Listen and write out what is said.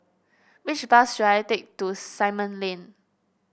which bus should I take to Simon Lane